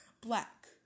black